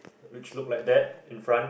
which look like that in front